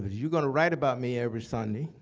you're gonna write about me every sunday,